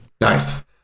Nice